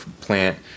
plant